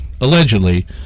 allegedly